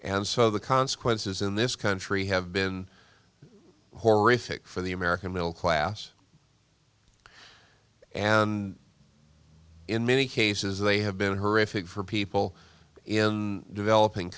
and so the consequences in this country have been horrific for the american middle class and in many cases they have been horrific for people in developing